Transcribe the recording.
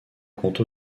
compte